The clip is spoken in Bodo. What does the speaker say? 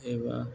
एबा